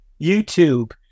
YouTube